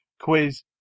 quiz